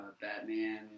Batman